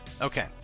Okay